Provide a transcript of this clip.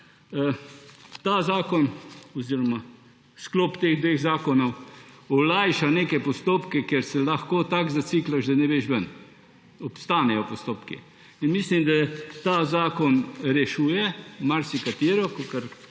ta zakon oziroma sklop teh dveh zakonov olajša neke postopke, kjer se lahko tako zaciklaš, da ne veš ven. Obstanejo postopki. Mislim, da ta zakon rešuje marsikatero, kot se